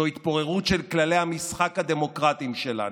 זו התפוררות של כללי המשחק הדמוקרטיים שלנו",